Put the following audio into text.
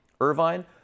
Irvine